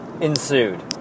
ensued